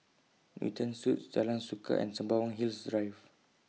Newton Suites Jalan Suka and Sembawang Hills Drive